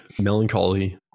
melancholy